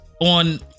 on